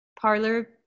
parlor